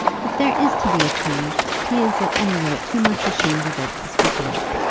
if there is to be a change, he is at any rate too much ashamed of it to speak of it.